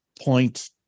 point